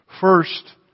First